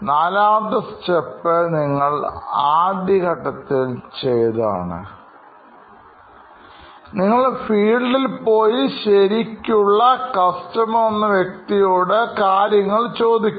നാലാമത്തെ സ്റ്റെപ്പ് നിങ്ങൾ ആദ്യഘട്ടത്തിൽ ചെയ്തതാണ് നിങ്ങൾ ഫീൽഡിൽ പോയി ശരിക്കുള്ള കസ്റ്റമർ എന്ന വ്യക്തിയോട് കാര്യങ്ങൾ ചോദിക്കുക